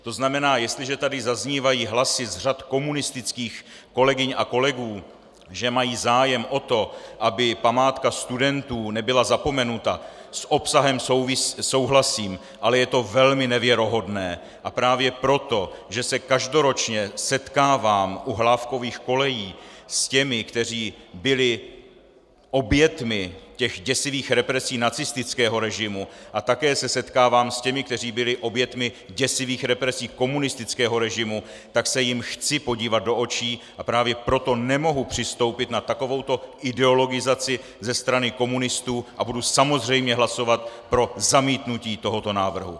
To znamená, jestliže tady zaznívají hlasy z řad komunistických kolegyň a kolegů, že mají zájem o to, aby památka studentů nebyla zapomenuta, s obsahem souhlasím, ale je to velmi nevěrohodné, a právě proto, že se každoročně setkávám u Hlávkových kolejí s těmi, kteří byli oběťmi těch děsivých represí nacistického režimu, a také se setkávám s těmi, kteří byli oběťmi děsivých represí komunistického režimu, tak se jim chci podívat do očí, a právě proto nemohu přistoupit na takovouto ideologizaci ze strany komunistů a budu samozřejmě hlasovat pro zamítnutí tohoto návrhu.